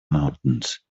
mountains